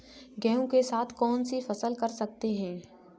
गेहूँ के साथ कौनसी फसल कर सकते हैं?